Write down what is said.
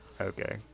okay